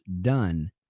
done